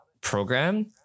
program